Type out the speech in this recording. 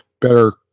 better